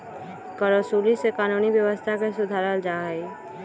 करवसूली से कानूनी व्यवस्था के सुधारल जाहई